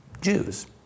Jews